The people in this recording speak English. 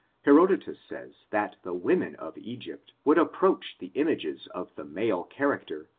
herodotus says, that the women of egypt would approach the images of the male character,